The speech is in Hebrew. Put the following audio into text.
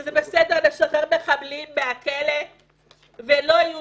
שזה בסדר לשחרר מחבלים מהכלא ולא יהיו